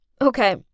Okay